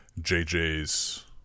JJ's